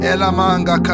Elamanga